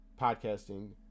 podcasting